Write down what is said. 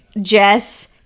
Jess